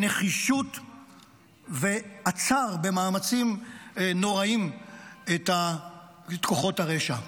בנחישות, ועצר במאמצים נוראים את כוחות הרשע.